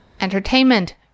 Entertainment